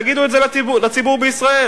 תגידו את זה לציבור בישראל.